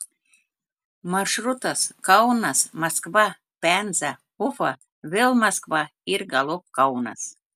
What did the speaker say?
maršrutas kaunas maskva penza ufa vėl maskva ir galop kaunas